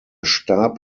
starb